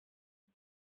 gen